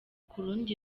kurundi